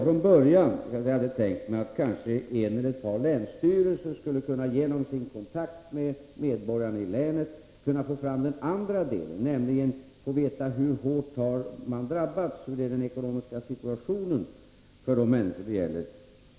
Från början hade jag tänkt mig att en eller kanske ett par länsstyrelser skulle kunna genom sin kontakt med medborgarna i länet få fram den andra delen, nämligen hur hårt människorna har drabbats och hurudan den ekonomiska situationen är för dem det gäller.